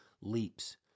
leaps